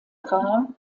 car